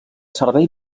servei